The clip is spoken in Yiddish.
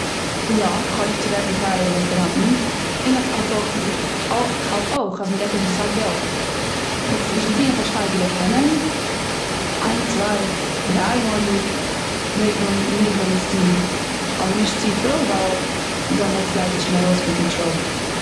יא, כ'האב ליב צו גיין צו טייערע רעסטוראנטען, און כ'האלט אויך כ'האלט אויך אז מ'גיבט אויס אסאך געלט. כ'וואלט עס נישט געטון אויף א שטייגערליכע פארנעם, איין צוויי דריי מאל א יאר מעג מען מעג מען עס טוהן. אבער נישט צופיל ווייל דעמאלץ גייט עס שוין ארויס פון קאנטראל.